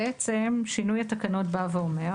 בעצם, שינוי התקנות בא ואומר